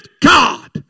God